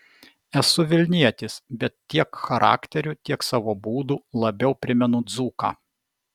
esu vilnietis bet tiek charakteriu tiek savo būdu labiau primenu dzūką